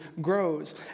grows